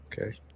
Okay